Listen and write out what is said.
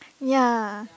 ya